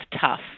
tough